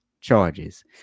charges